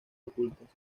ocultas